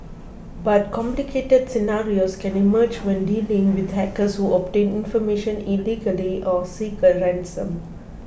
but complicated scenarios can emerge when dealing with hackers who obtain information illegally or seek a ransom